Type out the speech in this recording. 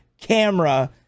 camera